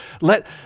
Let